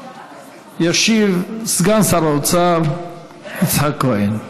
ישיב סגן שר האוצר יצחק כהן.